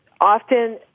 often